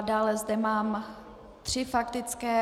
Dále zde mám tři faktické.